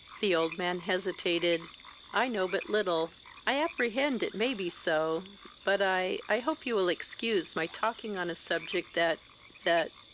the old man hesitated i know but little i apprehend it may be so but i i hope you will excuse my talking on a subject that that